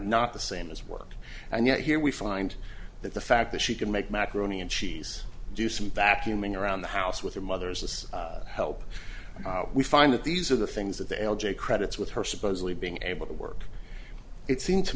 not the same as work and yet here we find that the fact that she can make macaroni and cheese do some vacuuming around the house with her mother's help we find that these are the things that the l j credits with her supposedly being able to work it seemed to